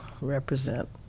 represent